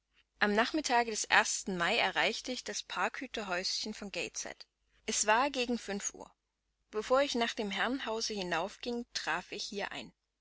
am nachmittage des ersten mai erreichte ich das parkhüterhäuschen von gateshead es war gegen fünf uhr bevor ich nach dem herrenhause hinaufging trat ich hier ein